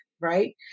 right